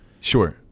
Sure